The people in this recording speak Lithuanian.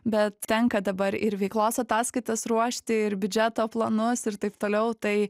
bet tenka dabar ir veiklos ataskaitas ruošti ir biudžeto planus ir taip toliau tai